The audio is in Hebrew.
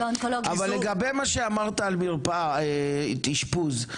אבל לגבי מה שאמרת על מרפאת אשפוז,